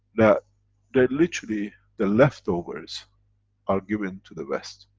that they, literally, the leftovers are given to the west.